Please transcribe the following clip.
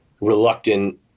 reluctant